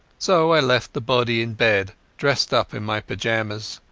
so i left the body in bed dressed up in my pyjamas,